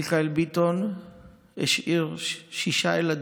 מיכאל ביטון השאיר שישה ילדים,